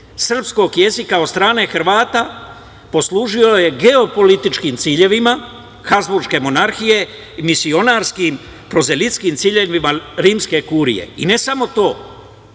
srpskog jezika od strane Hrvata poslužilo je geopolitičkim ciljevima Habzburške monarhije i misionarskim prozeljinskim ciljevima rimske kurije. I ne samo to,